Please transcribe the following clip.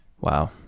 Wow